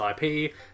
IP